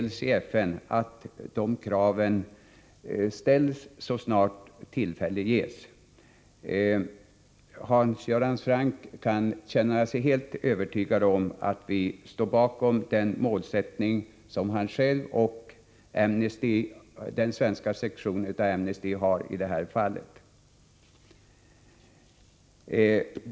Det är viktigt att dessa krav framförs så snart tillfälle ges. Hans Göran Franck kan känna sig helt övertygad om att vi står bakom den målsättning som han själv och den svenska sektionen av Amnesty International har i det här fallet.